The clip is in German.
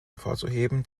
hervorzuheben